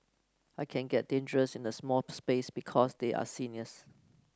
I can get dangerous in a small space because they are seniors